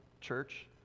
church